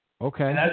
Okay